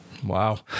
Wow